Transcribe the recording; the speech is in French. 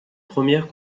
premières